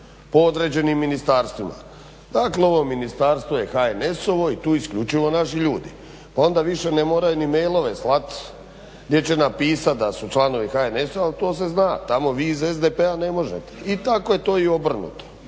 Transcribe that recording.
po određenim ministarstvima. Dakle, ovo ministarstvo je HNS-ovo i tu isključivo naši ljudi, pa onda više ne mora ni mailove slat gdje će napisat da su članovi HNS-a jel to se zna, tamo vi iz SDP-a ne možete i tako je to i obrnuto.